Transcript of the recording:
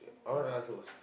I wanna ask about skil~